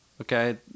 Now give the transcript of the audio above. okay